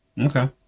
Okay